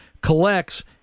collects